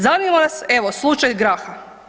Zanima nas evo slučaj graha.